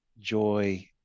joy